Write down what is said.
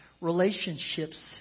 relationships